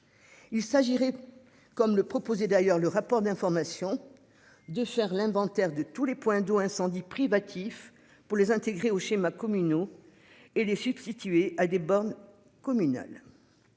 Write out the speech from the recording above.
Il s'agirait comme le proposait d'ailleurs le rapport d'information de faire l'inventaire de tous les points d'eau incendie privatifs pour les intégrer au schéma communaux. Et les substituer à des bornes communal.